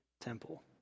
temple